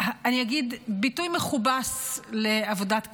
אני אגיד ביטוי מכובס לעבודת קבלן,